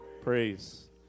praise